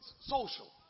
social